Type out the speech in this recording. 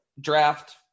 draft